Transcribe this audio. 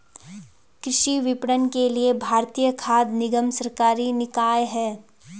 कृषि विपणन के लिए भारतीय खाद्य निगम सरकारी निकाय है